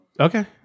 Okay